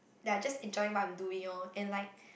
they're just enjoying what I'm doing orh and like